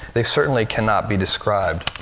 they certainly cannot be described.